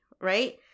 right